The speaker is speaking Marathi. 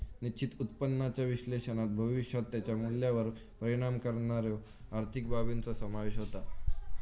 निश्चित उत्पन्नाच्या विश्लेषणात भविष्यात त्याच्या मूल्यावर परिणाम करणाऱ्यो आर्थिक बाबींचो समावेश होता